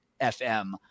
FM